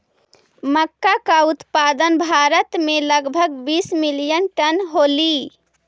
मक्का का उत्पादन भारत में लगभग बीस मिलियन टन होलई